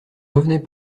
revenait